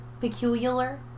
Peculiar